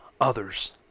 others